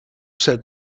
said